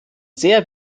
sehr